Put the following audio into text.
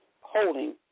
holding